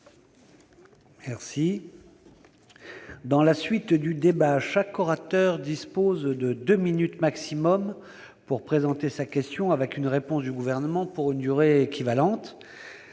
Je rappelle que chaque orateur dispose de deux minutes maximum pour présenter sa question, avec une réponse du Gouvernement pour une durée équivalente.